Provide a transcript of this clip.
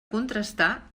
contrastar